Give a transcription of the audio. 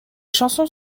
chansons